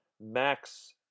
Max